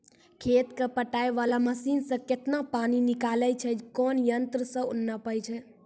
खेत कऽ पटाय वाला मसीन से केतना पानी निकलैय छै कोन यंत्र से नपाय छै